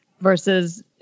versus